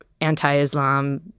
anti-Islam